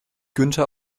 günther